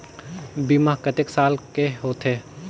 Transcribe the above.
बीमा कतेक साल के होथे?